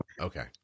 Okay